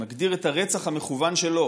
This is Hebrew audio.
מגדיר את הרצח המכוון שלו,